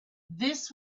this